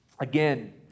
Again